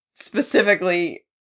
specifically